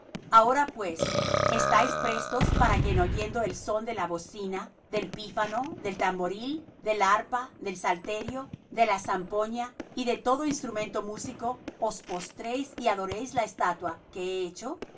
ahora pues estáis prestos para que en oyendo el son de la bocina del pífano del tamboril del arpa del salterio de la zampoña y de todo instrumento músico os postréis y adoréis la estatua que he hecho